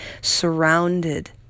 surrounded